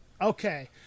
okay